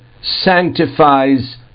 sanctifies